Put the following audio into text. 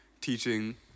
teaching